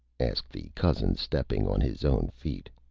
asked the cousin, stepping on his own feet.